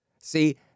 See